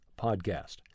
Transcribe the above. podcast